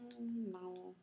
no